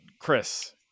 Chris